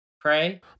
pray